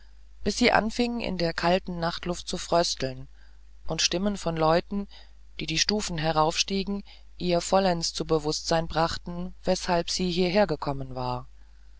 bis sie anfing in der kalten nachtluft zu frösteln und stimmen von leuten die die stufen heraufstiegen ihr vollends zum bewußtsein brachten weshalb sie hierher gekommen war